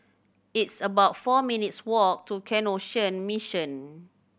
it's about four minutes' walk to Canossian Mission